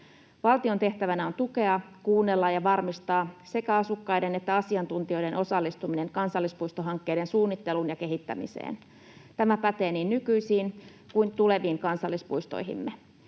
Valtion tehtävänä on tukea, kuunnella ja varmistaa sekä asukkaiden että asiantuntijoiden osallistuminen kansallispuistohankkeiden suunnitteluun ja kehittämiseen. Tämä pätee niin nykyisiin kuin tuleviin kansallispuistoihimme.